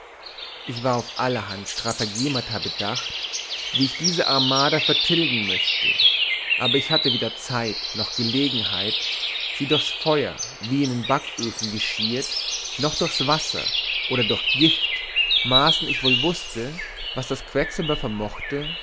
ich war auf allerhand stratagemata bedacht wie ich diese armada vertilgen möchte aber ich hatte weder zeit noch gelegenheit sie durchs feur wie in den backöfen geschiehet noch durchs wasser oder durch gift maßen ich wohl wußte was das quecksilber vermochte